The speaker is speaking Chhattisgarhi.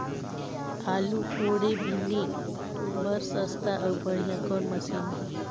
आलू कोड़े बीने बर सस्ता अउ बढ़िया कौन मशीन हे?